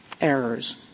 errors